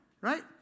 right